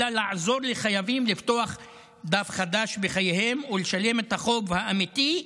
אלא לעזור לחייבים לפתוח דף חדש בחייהם ולשלם את החוב האמיתי,